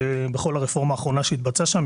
בכל הרפורמה האחרונה שהתבצעה שם.